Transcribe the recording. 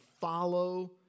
follow